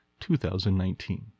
2019